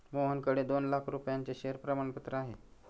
मोहनकडे दोन लाख रुपयांचे शेअर प्रमाणपत्र आहे